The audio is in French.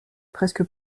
presque